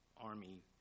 army